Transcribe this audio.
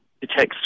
detect